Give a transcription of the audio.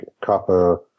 copper